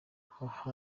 aha